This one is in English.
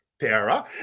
Tara